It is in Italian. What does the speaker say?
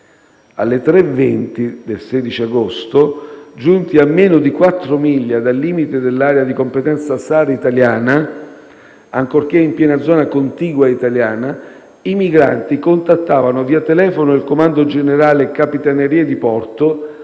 ore 3,20 del 16 agosto, giunti a meno di quattro miglia dal limite dell'area di competenza SAR italiana, ancorché in piena zona contigua italiana, i migranti contattavano via telefono il Comando generale delle Capitanerie di porto